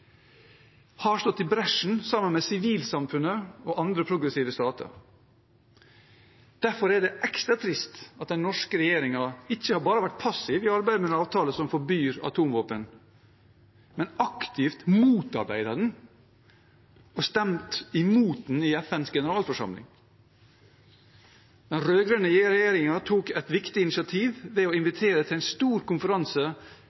har stått i bresjen sammen med sivilsamfunnet og andre progressive stater. Derfor er det ekstra trist at den norske regjeringen ikke bare har vært passiv i arbeidet med en avtale som forbyr atomvåpen, men aktivt motarbeidet den og stemt imot den i FNs generalforsamling. Den rød-grønne regjeringen tok et viktig initiativ ved å